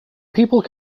people